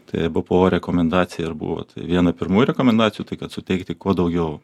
tai ebpo rekomendacija ir buvo viena pirmųjų rekomendacijų tai kad suteikti kuo daugiau